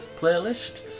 playlist